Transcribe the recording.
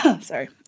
Sorry